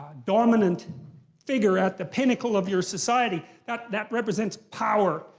dominant figure at the pinnacle of your society. that that represents power,